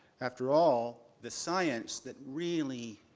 after all, the science that really